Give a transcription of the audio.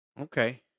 Okay